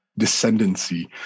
descendancy